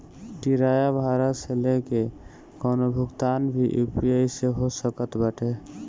किराया भाड़ा से लेके कवनो भुगतान भी यू.पी.आई से हो सकत बाटे